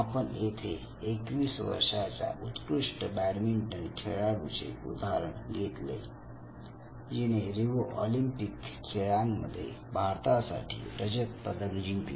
आपण येथे 21 वर्षाच्या उत्कृष्ट बॅडमिंटन खेळाडूचे उदाहरण घेतले जिने रिवो ऑलिंपिक खेळांमध्ये भारतासाठी रजत पदक जिंकले